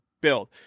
build